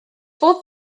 fodd